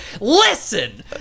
Listen